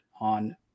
on